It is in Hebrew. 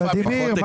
ולדימיר,